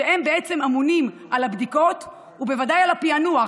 שהם בעצם אמונים על הבדיקות ובוודאי על הפענוח.